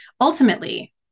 Ultimately